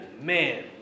man